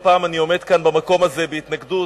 לא פעם אני עומד כאן במקום הזה בהתנגדות,